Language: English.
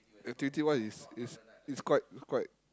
activity wise is is is quite is quite